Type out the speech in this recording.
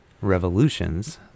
Revolutions